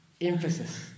Emphasis